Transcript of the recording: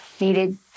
needed